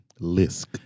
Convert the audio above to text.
Lisk